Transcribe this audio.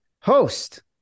host